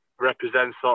represents